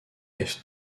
est